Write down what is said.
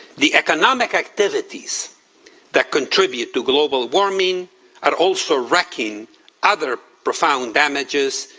the economic activities that contribute to global warming are also wrecking other profound damages,